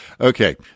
Okay